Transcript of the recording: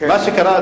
מה שקרה,